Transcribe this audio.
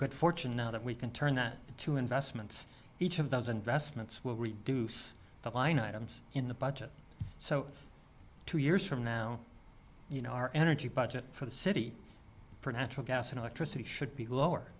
good fortune out of we can turn that into investments each of those investments will reduce the line items in the budget so two years from now you know our energy budget for the city for natural gas and electricity should be lower